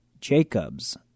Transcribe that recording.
Jacob's